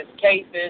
cases